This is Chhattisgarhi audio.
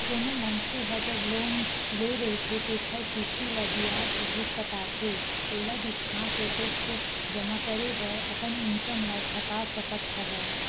कोनो मनखे ह जब लोन ले रहिथे तेखर किस्ती ल बियाज सहित पटाथे एला देखाके टेक्स जमा करे बर अपन इनकम ल घटा सकत हवय